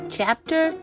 Chapter